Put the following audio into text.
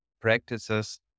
practices